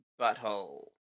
Butthole